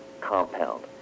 compound